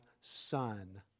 Son